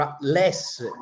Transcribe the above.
less